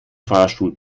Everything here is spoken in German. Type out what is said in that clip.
fahrstuhl